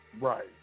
Right